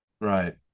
Right